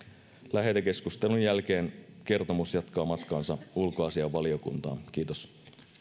lähetekeskustelun jälkeen kertomus jatkaa matkaansa ulkoasiainvaliokuntaan kiitos